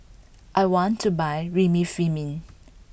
I want to buy Remifemin